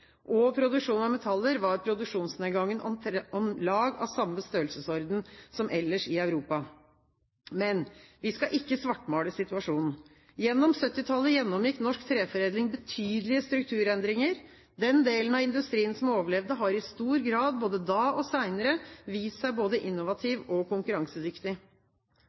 og produksjon av metaller var produksjonsnedgangen om lag av samme størrelsesorden som ellers i Europa.» Men vi skal ikke svartmale situasjonen. Gjennom 1970-tallet gjennomgikk norsk treforedling betydelige strukturendringer. Den delen av industrien som overlevde, har i stor grad – både da og seinere – vist seg både innovativ og konkurransedyktig.